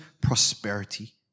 prosperity